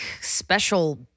special